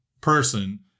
person